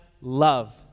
love